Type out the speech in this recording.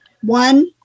one